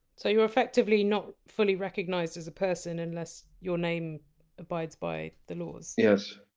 so you're effectively not fully recognised as a person unless your name abides by the laws. yes.